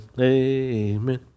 Amen